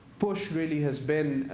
push really has been,